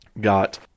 got